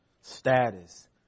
status